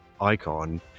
Icon